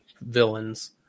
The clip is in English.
villains